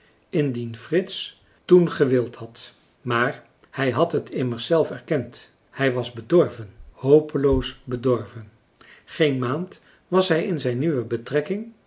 indien frits toen gewild had maar hij had het immers zelf erkend hij was bedorven hopeloos bedorven geen maand was hij in zijn nieuwe betrekking